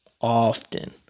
often